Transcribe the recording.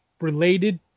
related